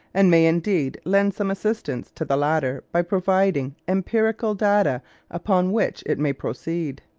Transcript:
and may indeed lend some assistance to the latter by providing empirical data upon which it may proceed.